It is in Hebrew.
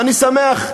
אני שמח.